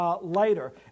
Later